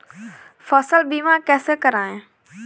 फसल बीमा कैसे कराएँ?